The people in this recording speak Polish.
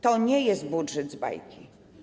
To nie jest budżet z bajki.